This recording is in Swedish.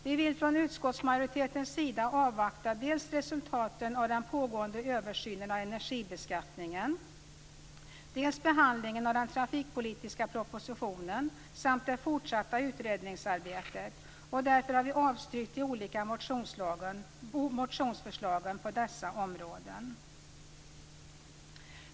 Vi vill från utskottsmajoritetens sida avvakta resultaten av den pågående översynen av energibeskattningen, behandlingen av den trafikpolitiska propositionen och det fortsatta utredningsarbetet. Därför har vi avstyrkt de olika motionsförslagen på dessa områden.